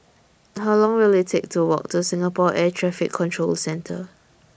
How Long Will IT Take to Walk to Singapore Air Traffic Control Centre